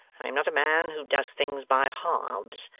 i am not a man who does things by halves.